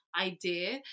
idea